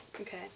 Okay